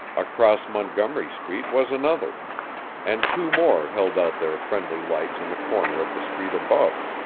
across montgomery street was another and two more held out their friendly lights on the corner of the street above.